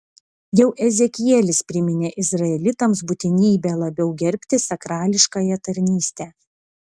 jau ezekielis priminė izraelitams būtinybę labiau gerbti sakrališkąją tarnystę